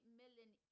million